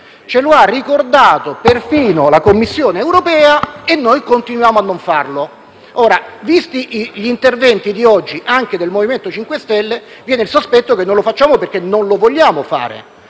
Ce lo ha ricordato perfino la Commissione europea e noi continuiamo a non farlo. Visti gli interventi di oggi, anche del Gruppo MoVimento 5 Stelle, viene il sospetto che non lo facciamo perché non lo vogliamo fare.